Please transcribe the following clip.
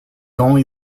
only